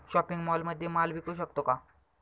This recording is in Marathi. शॉपिंग मॉलमध्ये माल विकू शकतो का?